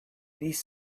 these